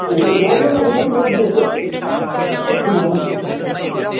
एवं मौल्यम् अधिकं भवति चेत् अस्तु नाम